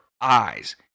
eyes